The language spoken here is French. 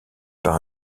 par